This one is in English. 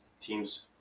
teams